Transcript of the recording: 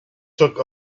took